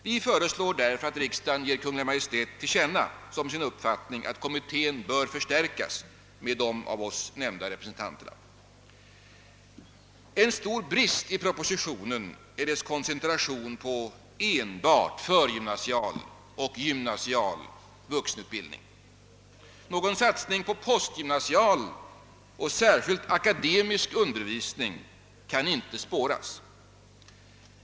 Vi föreslår därför att riksdagen ger Kungl. Maj:t till känna som sin uppfattning att kommittén bör förstärkas med de av oss nämnda representanterna. En stor brist i propositionen är dess koncentration på enbart förgymnasial och gymnasial vuxenutbildning. Någon satsning på postgymnasial, särskilt akademisk undervisning kan inte spåras.